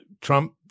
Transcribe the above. Trump